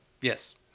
Yes